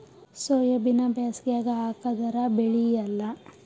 ಸೋಯಾಬಿನ ಬ್ಯಾಸಗ್ಯಾಗ ಹಾಕದರ ಬೆಳಿಯಲ್ಲಾ?